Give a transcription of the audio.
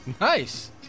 Nice